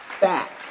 back